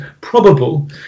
probable